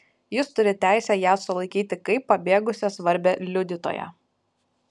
jis turi teisę ją sulaikyti kaip pabėgusią svarbią liudytoją